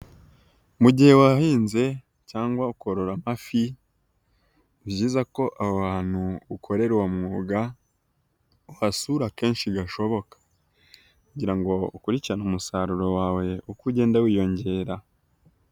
Mu gihe wahinze cyangwa ukorora amafi, ni byiza ko aho hantu ukorera uwo mwuga, uhasura kenshi gashoboka kugira ngo ukurikirane umusaruro wawe uko ugenda wiyongera.